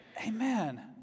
Amen